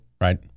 right